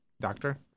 Doctor